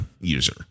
user